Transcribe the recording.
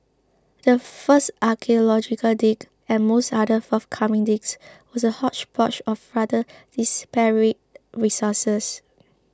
the first archaeological dig and most other forthcoming digs was a hodgepodge of rather disparate resources